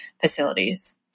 facilities